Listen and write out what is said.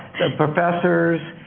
professors.